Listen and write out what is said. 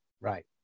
right